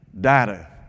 data